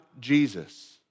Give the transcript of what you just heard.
Jesus